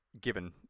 Given